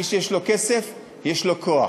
מי שיש לו כסף, יש לו כוח.